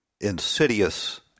insidious